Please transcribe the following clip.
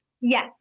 Yes